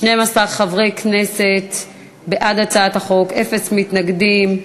12 חברי כנסת בעד הצעת החוק, אין מתנגדים,